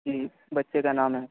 جی بچے کا نام ہے